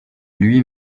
lui